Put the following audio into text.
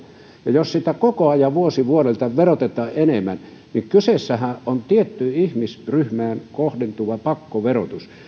ja jos sitä koko ajan vuosi vuodelta verotetaan enemmän niin kyseessähän on tiettyyn ihmisryhmään kohdentuva pakkoverotus ja